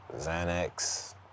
Xanax